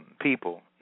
people